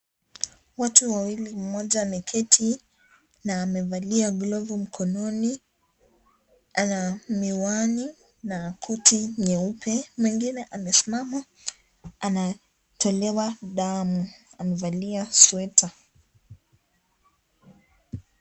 Watu wawili mmoja ameketi na amevalia glovu mkononi, ana miwani na koti nyeupe. Mwingine amesimama anatolewa damu, amevaloia sweta.